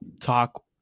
talk